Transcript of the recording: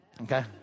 okay